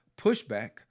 pushback